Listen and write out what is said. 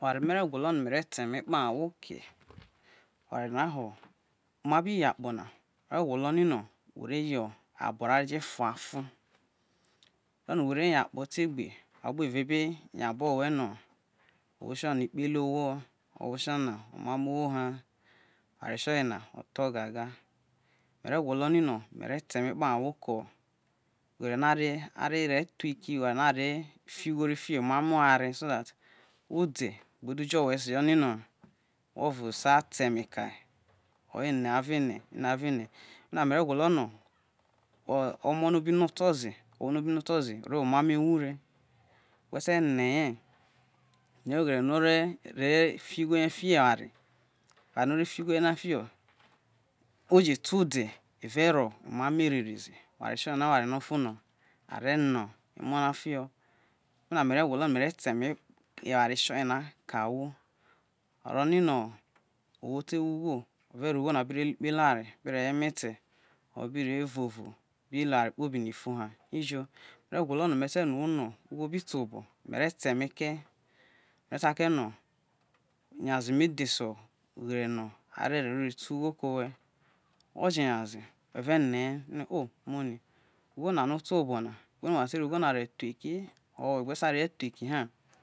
Oware no me re gwo̱lo̱ te eme kpoho me be̱ yo akpo na ogwolo ni no were yo abo ra re jo fuafo o̱ro̱no̱ were yo akpo te gbe ahwo kpobi ve bi ria abo̱ ho̱ owhe̱no̱ owo twane kpele owho in o omamo̱ owho ha mare gwolo no oware tioye na mare te mi te giga. Me̱re̱ gwoḻo̱ ni no mere ta eme̱ kiro ke awho kpaho oghere no aro thuo̱ eki owere na ave fio ugho ri fio, omamo oware so that ode̱ gbe̱ du̱ jo̱ no ode owo o̱va ta te̱ eme̱ kae ene̱ avo ene̱ gbe ene̱ keme na me re gwolo lo no o omo̱ no bi no oto ze o̱mo̱ no obi no oto̱ ze ore wo omamo ewure we̱ te̱ ne̱ ye̱ eveo oghe̱re̱ no̱ ore fi ughe ye fio oware, oware no ore fi ugho yena fi ho̱ oje̱ te ode̱ ore re ye ro wa emamo erere ze oware troye na oy ho oware no ofo no are are ne emo na fiho a nyaze me dehe so oghere no wero wo ugho ko we we je nya ze ma ve ne ye ugho na no oto whe obo na we ha ro ugbo na ro thuo eki we gbe sai re ye thue eki ha